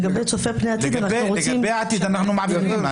לגבי צופה פני עתיד --- לגבי העתיד אנחנו מעבירים.